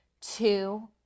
Two